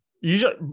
Usually